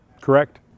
Correct